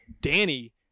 Danny